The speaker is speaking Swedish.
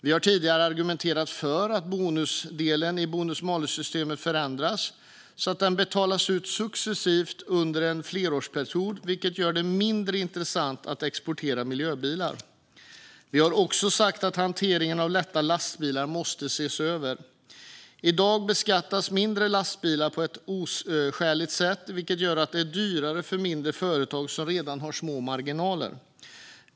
Vi har tidigare argumenterat för att bonusdelen i bonus-malus-systemet ska förändras, så att den betalas ut successivt under en flerårsperiod, vilket gör det mindre intressant att exportera miljöbilar. Vi har också sagt att hanteringen av lätta lastbilar måste ses över. I dag beskattas mindre lastbilar på ett oskäligt sätt, vilket gör det dyrare för mindre företag som redan har små marginaler.